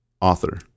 author